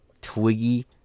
Twiggy